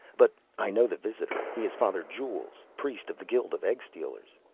but i know the visitor. he is father jules, priest of the guild of egg-stealers.